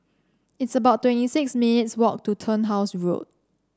it's about twenty six minutes walk to Turnhouse Road